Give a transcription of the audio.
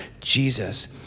Jesus